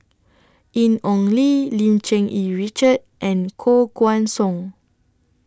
Ian Ong Li Lim Cherng Yih Richard and Koh Guan Song